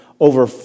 Over